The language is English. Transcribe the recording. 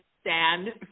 stand